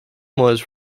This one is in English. was